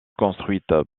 construite